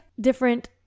different